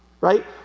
right